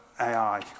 AI